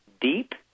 deep